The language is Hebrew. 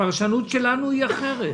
הפרשנות שלנו היא אחרת.